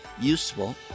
useful